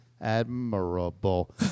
admirable